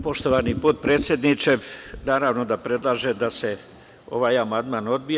Poštovani potpredsedniče, naravno da predlažem da se ovaj amandman odbije.